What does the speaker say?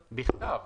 בכתב.